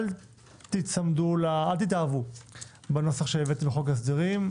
אל תתאהבו בנוסח שהבאתם בחוק ההסדרים.